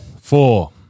four